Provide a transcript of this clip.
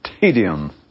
tedium